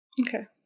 Okay